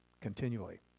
continually